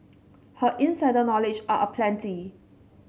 her insider knowledge are aplenty